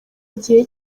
gihe